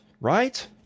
Right